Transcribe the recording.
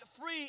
free